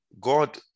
God